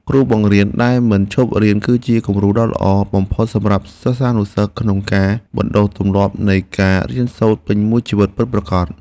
គ្រូបង្រៀនដែលមិនឈប់រៀនគឺជាគំរូដ៏ល្អបំផុតសម្រាប់សិស្សានុសិស្សក្នុងការបណ្តុះទម្លាប់នៃការរៀនសូត្រពេញមួយជីវិតពិតប្រាកដ។